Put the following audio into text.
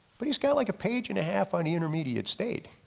but he's got like a page and a half on the intermediate state.